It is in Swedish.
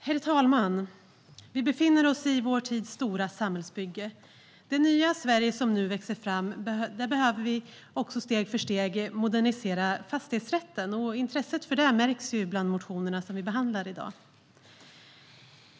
Herr talman! Vi befinner oss i vår tids stora samhällsbygge. I det nya Sverige som nu växer fram behöver vi steg för steg modernisera fastighetsrätten. Intresset för det märks i de motioner som vi behandlar i dag.